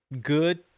good